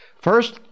First